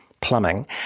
plumbing